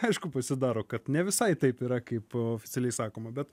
aišku pasidaro kad ne visai taip yra kaip oficialiai sakoma bet